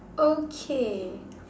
okay